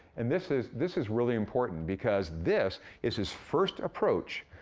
and this is this is really important because this is his first approach,